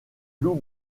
lou